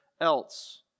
else